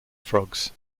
frogs